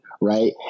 right